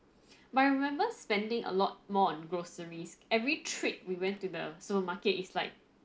but I remember spending a lot more on groceries every trip we went to the supermarket is like